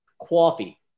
Coffee